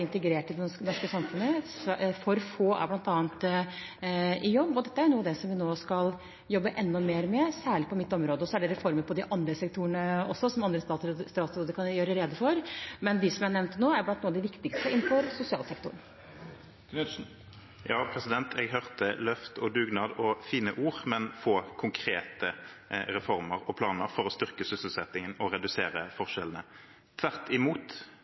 integrert i det norske samfunnet. For få er bl.a. i jobb, og dette er noe vi skal vi jobbe enda mer med, og særlig på mitt område. Og så er det reformer innenfor de andre sektorene som andre statsråder kan gjøre rede for. Men de jeg nevnte, er blant de viktigste innenfor sosialsektoren. Ja, jeg hørte løft og dugnad og fine ord, men få konkrete reformer og planer for å styrke sysselsettingen og redusere forskjellene. Tvert imot,